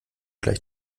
gleich